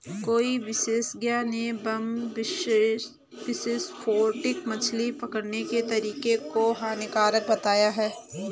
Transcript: कई विशेषज्ञ ने बम विस्फोटक मछली पकड़ने के तरीके को हानिकारक बताया है